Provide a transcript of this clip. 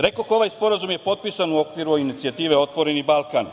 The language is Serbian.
Rekoh, ovaj sporazum je potpisan u okviru inicijative „Otvoreni Balkan“